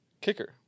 Kicker